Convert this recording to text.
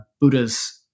Buddha's